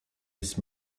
jest